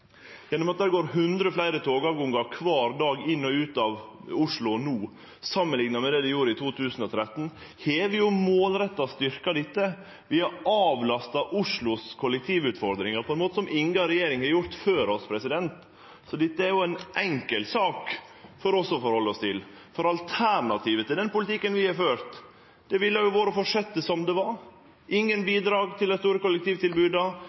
gjennom at det er hundre fleire togavgangar kvar dag inn til og ut frå Oslo no samanlikna med det det gjorde i 2013, har vi jo målretta styrkt dette. Vi har avlasta Oslos kollektivutfordringar på ein måte som inga regjering har gjort før oss. Dette er jo ei enkel sak for oss å møte, for alternativet til den politikken vi har ført, ville vore å fortsetje som det var: ingen bidrag til dei store